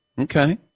Okay